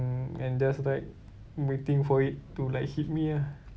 mm and just like waiting for it to like hit me lah